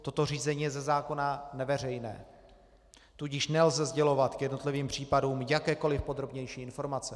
Toto řízení je ze zákona neveřejné, tudíž nelze sdělovat k jednotlivým případům jakékoliv podrobnější informace.